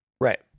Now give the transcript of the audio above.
right